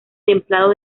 templado